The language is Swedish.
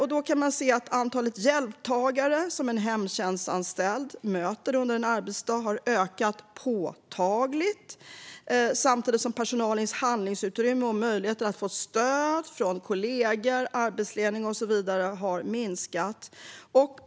Man kan se att antalet hjälptagare som en hemtjänstanställd möter under en arbetsdag har ökat påtagligt, samtidigt som personalens handlingsutrymme och möjligheter att få stöd från kollegor, arbetsledning och så vidare har minskat.